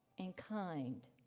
and kind.